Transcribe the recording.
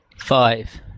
Five